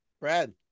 Brad